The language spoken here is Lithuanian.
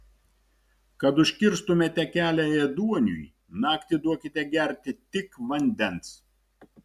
kad užkirstumėte kelią ėduoniui naktį duokite gerti tik vandens